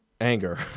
anger